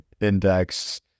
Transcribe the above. index